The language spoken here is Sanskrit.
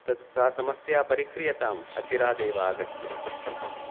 तत् सा समस्या परिह्रीयताम् अचिरादेव आगत्य